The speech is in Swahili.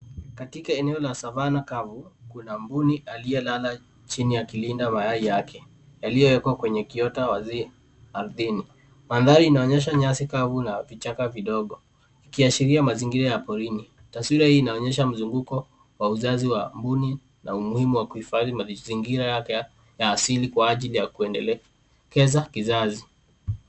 Katika eneo la savanna kavu kuna mbuni aliyelala chini akilinda mayai yake yaliyowekwa kwenye kiota ardhini. Mandhari inaonyesha nyasi kavu na vichaka vidogo ikiashiria mazingira ya porini. Taswira hii inaonyesha mzunguko wa uzazi wa mbuni na umuhimu wa kuhifadhi mazingira ya asili kwa ajili ya kuendeleza kizazi.